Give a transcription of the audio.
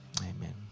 Amen